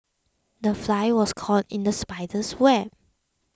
the fly was caught in the spider's web